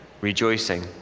rejoicing